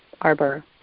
arbor